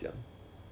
mm